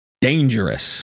dangerous